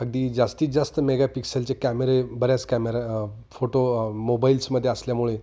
अगदी जास्तीत जास्त मेगापिक्सेलचे कॅमेरे बऱ्याच कॅमेरा फोटो मोबाईल्समध्ये असल्यामुळे